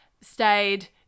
stayed